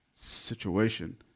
situation